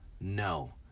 no